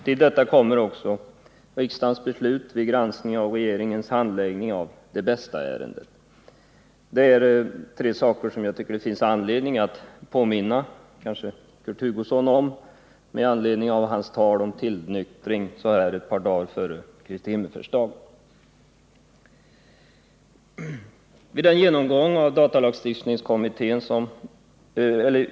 Till detta kommer också riksdagens beslut vid granskning av regeringens handläggning av Det bästa-ärendet. Det är tre saker som jag tycker det finns anledning att påminna Kurt Hugosson om med anledning av hans tal om tillnyktring så här ett par dagar före Kristi Himmelsfärdsdag.